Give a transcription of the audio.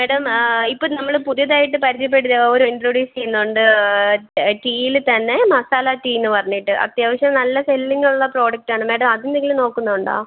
madam ഇപ്പം നമ്മൾ പുതിയതായിട്ട് പരിചയപ്പെടുത്തിയ ഒരു ഇൻട്രൊഡ്യൂസ് ചെയ്യുന്നുണ്ട് ടീയിൽ തന്നെ മസാല ടീ എന്നു പറഞ്ഞിട്ട് അത്യാവശ്യം നല്ല സെല്ലിങ്ങുള്ള പ്രോഡക്ടാണ് മേഡം അത് നിങ്ങൾ നോക്കുന്നുണ്ടോ